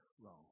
wrong